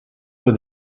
were